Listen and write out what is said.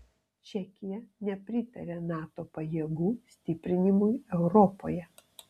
čekija nepritaria nato pajėgų stiprinimui europoje